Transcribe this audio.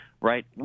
right